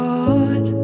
God